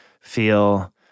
feel